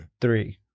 three